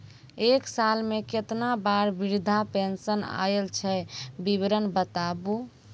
एक साल मे केतना बार वृद्धा पेंशन आयल छै विवरन बताबू?